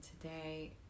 today